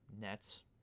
Nets